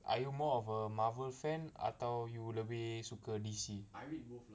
are you more of a marvel fan atau you lebih suka D_C